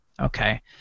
Okay